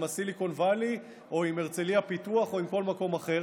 עם ה-silicon valley או עם הרצליה פיתוח או עם כל מקום אחר,